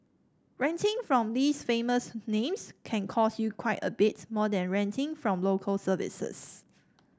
renting from these famous names can cost you quite a bit more than renting from Local Services